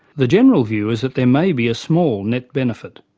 the general view is that there may be a small net benefit,